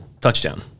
touchdown